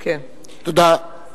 תודה.